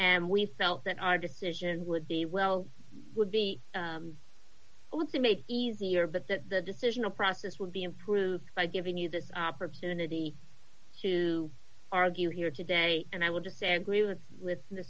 and we felt that our decision would be well would be well to make it easier but that the decision a process would be improved by giving you this opportunity to argue here today and i will just say i agree with with